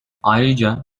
ayrıca